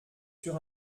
sur